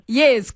yes